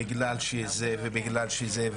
בגלל זה ובגלל זה,